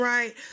Right